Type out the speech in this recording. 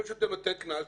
כל שוטר נותן קנס.